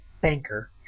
banker